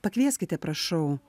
pakvieskite prašau